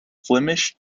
flemish